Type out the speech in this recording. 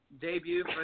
Debut